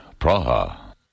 Praha